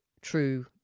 true